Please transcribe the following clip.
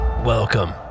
Welcome